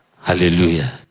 Hallelujah